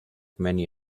many